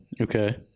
Okay